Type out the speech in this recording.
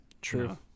True